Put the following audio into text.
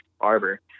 Arbor